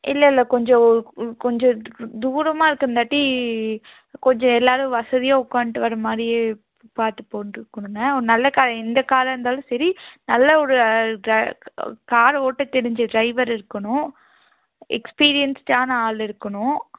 இல்லை இல்லை கொஞ்சம் ஒரு கொஞ்சம் தூரமாக இருக்கிறங்காட்டி கொஞ்சம் எல்லோரும் வசதியாக உக்காந்துட்டு வரமாதிரியே பார்த்து போட்டு கொடுங்க நல்ல கார் எந்த காராக இருந்தாலும் சரி நல்ல ஒரு கார் ஓட்ட தெரிஞ்ச டிரைவர் இருக்கணும் எக்ஸ்பீரியன்ஸ்டான ஆள் இருக்கணும்